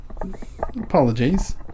Apologies